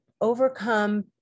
overcome